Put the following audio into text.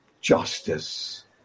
justice